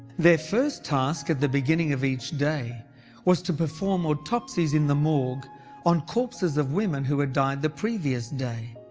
their first task at the beginning of each day was to perform autopsies in the morgue on corpses of women who had died the previous day.